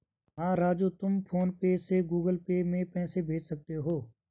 हां राजू तुम PhonePe से गुगल पे में पैसे भेज सकते हैं